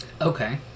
Okay